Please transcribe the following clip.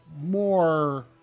more